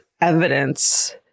evidence